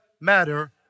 matter